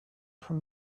from